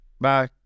Bye